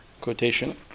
quotation